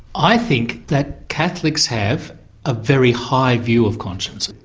i think that catholics have a very high view of conscience.